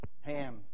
Ham